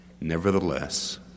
Nevertheless